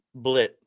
blit